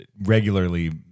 regularly